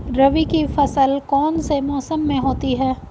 रबी की फसल कौन से मौसम में होती है?